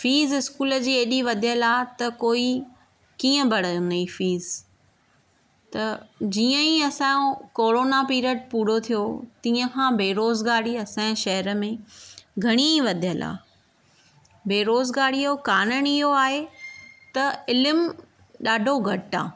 fees school जी एॾी वधियलु आहे त कोई कीअं भरींदी फीस त जीअं ई असां ओ कोरोना पीरियड पूरो थियो तीअं खां बेरोज़गारी असांजे शहर में घणी वधियलु आहे बेरोज़गारी जो कारण ई इहो आहे त इल्मु ॾाढो घटि आहे